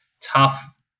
tough